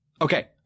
Okay